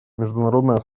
международное